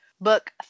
book